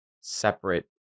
separate